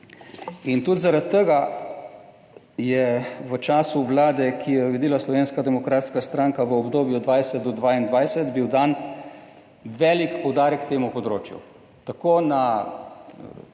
In tudi zaradi tega je v času Vlade, ki jo je vodila Slovenska demokratska stranka v obdobju 2020 do 2022 bil dan velik poudarek temu področju, tako na